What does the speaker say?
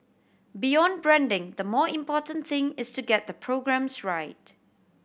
beyond branding the more important thing is to get the programmes right